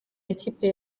ikipe